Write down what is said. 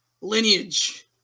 lineage